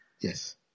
Yes